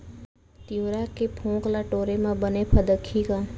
तिंवरा के फोंक ल टोरे म बने फदकही का?